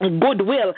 Goodwill